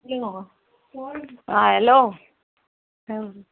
किदें गो आं हॅलो